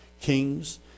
kings